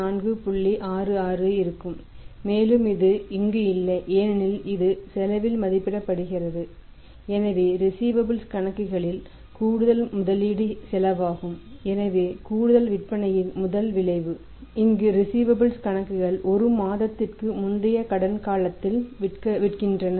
66 இருக்கும் மேலும் இது இங்கு இல்லை ஏனெனில் இது செலவில் மதிப்பிடப்படுகிறது எனவே ரிஸீவபல்ஸ் கணக்குகள் 1 மாதத்திற்கு முந்தைய கடன் காலத்தில் விற்கின்றன